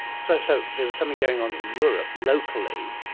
sort of so there was something going on in europe locally,